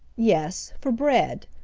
yes, for bread.